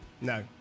No